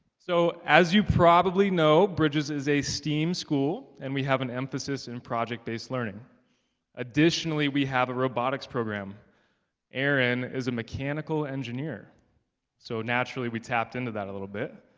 so as you probably know bridges is a steam school and we have an emphasis in project-based learning additionally, we have a robotics program aaron is a mechanical engineer so naturally we tapped into that a little bit